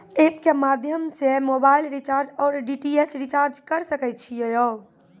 App के माध्यम से मोबाइल रिचार्ज ओर डी.टी.एच रिचार्ज करऽ सके छी यो?